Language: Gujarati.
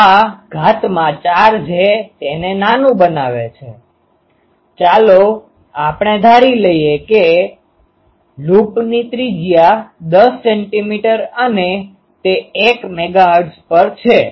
તો આ ઘાતમાં 4 જે તેને નાનું બનાવે છે ચાલો ચાલો આપણે ધારી લઈએ તો લૂપની ત્રિજ્યા 10 સેન્ટિમીટર અને તે 1 મેગાહર્ટ્ઝ પર છે